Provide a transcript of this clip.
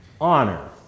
Honor